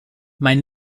mein